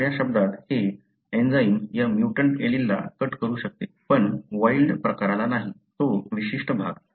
दुसऱ्या शब्दांत हे एंजाइम या म्युटंट एलीलला कट करू शकते पण वाइल्ड प्रकाराला नाही तो विशिष्ट भाग